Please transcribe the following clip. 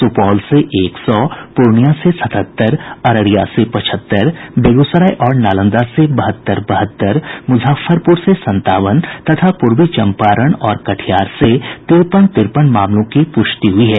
सुपौल से एक सौ पूर्णिया से सतहत्तर अररिया से पचहत्तर बेगूसराय और नालंदा से बहत्तर बहत्तर मुजफ्फरपुर से संतावन तथा पूर्वी चंपारण और कटिहार से तिरपन तिरपन मामलों की पुष्टि हुई है